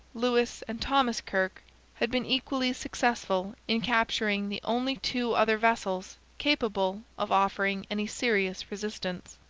lewis and thomas kirke had been equally successful in capturing the only two other vessels capable of offering any serious resistance.